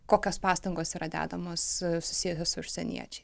kokios pastangos yra dedamos susijusios su užsieniečiais